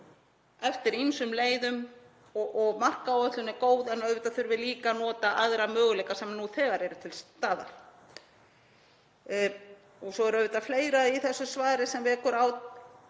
eftir ýmsum leiðum. Markáætlun er góð en auðvitað þurfum við líka að nota aðra möguleika sem nú þegar eru til staðar. Svo er auðvitað fleira í þessu svari sem vekur